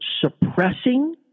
suppressing